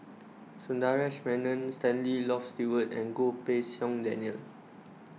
Sundaresh Menon Stanley Loft Stewart and Goh Pei Siong Daniel